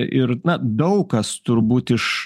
ir na daug kas turbūt iš